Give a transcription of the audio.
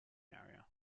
area